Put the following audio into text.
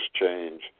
change